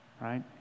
right